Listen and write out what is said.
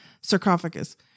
sarcophagus